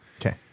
Okay